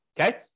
okay